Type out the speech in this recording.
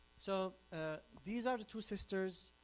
so ah these are the two sisters,